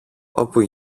όπου